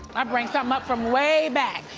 i'd bring something up from way back,